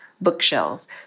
bookshelves